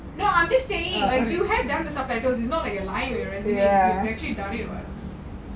no I'm just saying you have done the subtitles it's not like you're lying in your resume you actually done it [what]